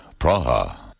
Praha